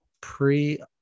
Pre